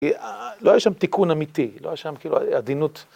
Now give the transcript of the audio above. לא היה שם תיקון אמיתי, לא היה שם כאילו עדינות.